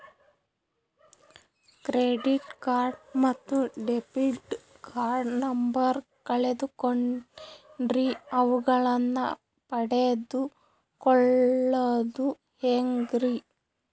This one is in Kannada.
ಕ್ರೆಡಿಟ್ ಕಾರ್ಡ್ ಮತ್ತು ಡೆಬಿಟ್ ಕಾರ್ಡ್ ನಂಬರ್ ಕಳೆದುಕೊಂಡಿನ್ರಿ ಅವುಗಳನ್ನ ಪಡೆದು ಕೊಳ್ಳೋದು ಹೇಗ್ರಿ?